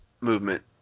movement